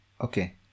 okay